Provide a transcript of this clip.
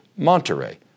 Monterey